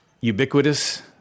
ubiquitous